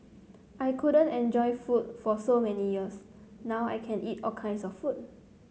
I couldn't enjoy food for so many years now I can eat all kinds of food